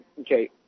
okay